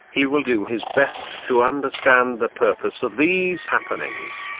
he will do his best to understand the purpose of these happenings,